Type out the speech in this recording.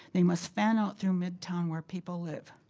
they must fan out through midtown where people live.